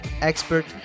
expert